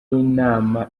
inama